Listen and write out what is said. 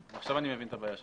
עכשיו אני מבין את הבעיה שלהם.